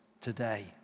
today